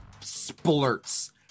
splurts